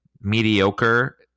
mediocre